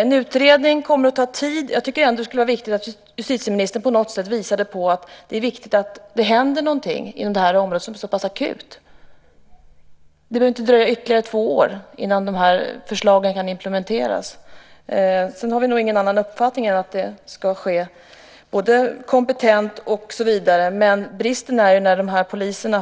En utredning kommer att ta tid. Jag tycker ändå att det skulle vara viktigt att justitieministern på något sätt visade på att det är viktigt att det händer någonting inom det här området som är så pass akut. Det behöver inte dröja ytterligare två år innan de här förslagen kan implementeras. Sedan har vi nog ingen annan uppfattning än att det ska ske kompetent och så vidare, men bristen är ju när polisen